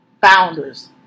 founders